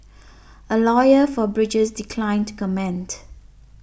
a lawyer for Bridges declined to comment